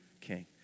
king